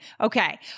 Okay